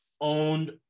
owned